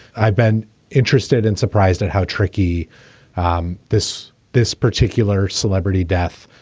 i've been interested in surprised at how tricky um this this particular celebrity death.